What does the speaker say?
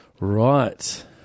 Right